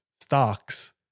stocks